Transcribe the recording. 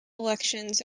elections